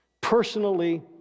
personally